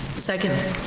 second.